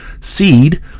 seed